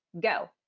go